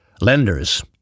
Lenders